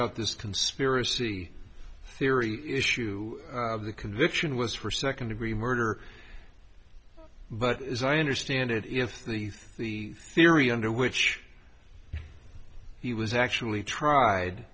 out this conspiracy theory issue of the conviction was for second degree murder but as i understand it if the thief theory under which he was actually tried